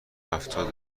هفتاد